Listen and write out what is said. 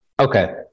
Okay